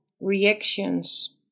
reactions